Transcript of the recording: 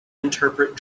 interpret